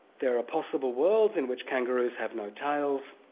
there are possible worlds in which kangaroos have no tails,